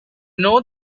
know